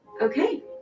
Okay